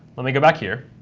let me go back here.